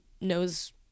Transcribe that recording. knows